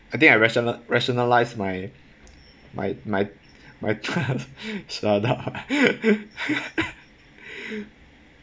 I think I rational~ rationalised my my my my shut up